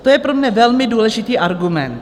To je pro mne velmi důležitý argument.